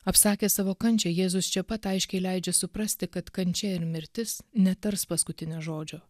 apsakęs savo kančią jėzus čia pat aiškiai leidžia suprasti kad kančia ir mirtis netars paskutinio žodžio